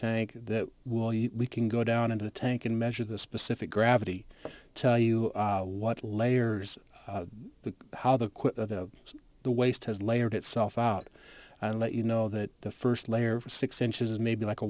tank that will you can go down into the tank and measure the specific gravity tell you what layers the how the the waste has layered itself out and let you know that the first layer six inches maybe like a